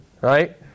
right